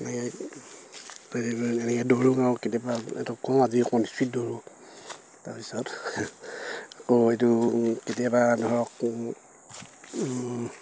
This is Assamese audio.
এনেকে এনেকে দৌৰোঁ আৰু কেতিয়াবা ইহঁতক কওঁ আজি অকণ ইস্পীড দৌৰোঁ তাৰপিছত আকৌ এইটো কেতিয়াবা ধৰক